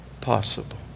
possible